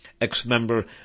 ex-member